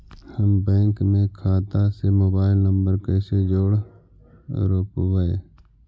हम बैंक में खाता से मोबाईल नंबर कैसे जोड़ रोपबै?